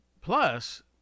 plus